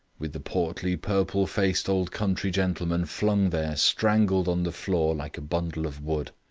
with the portly, purple-faced old country gentleman flung there strangled on the floor like a bundle of wood.